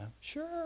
sure